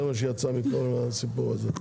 זה מה שיצא מכל הסיפור הזה,